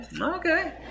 Okay